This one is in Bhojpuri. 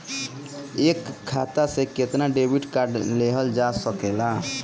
एक खाता से केतना डेबिट कार्ड लेहल जा सकेला?